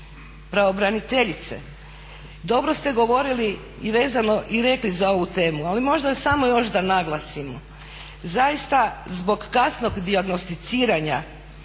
Pravobraniteljice, dobro ste govorili i rekli za ovu temu, ali možda samo još da naglasimo, zaista zbog kasnog dijagnosticiranja